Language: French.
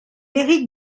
hérite